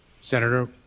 Senator